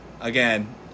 again